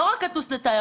לא רק לא אטוס לתיירות,